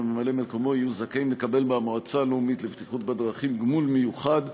ממלא-מקומו יהיו זכאים לקבל מהמועצה הלאומית לבטיחות בדרכים גמול מיוחד,